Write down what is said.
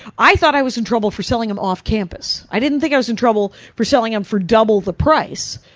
i thought i was in trouble for selling them off campus. i didn't think i was in trouble for selling them for double the price.